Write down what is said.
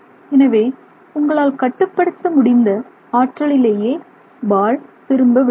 எனவே உங்களால் கட்டுப்படுத்த முடிந்த ஆற்றலிலேயே பால் திரும்ப விழுகிறது